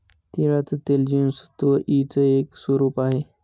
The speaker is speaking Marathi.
तिळाचं तेल जीवनसत्व ई च एक स्वरूप आहे